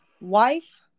Wife